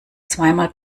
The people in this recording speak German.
zweimal